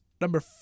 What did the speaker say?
number